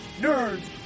nerds